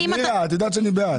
נירה, את יודעת שאני בעד.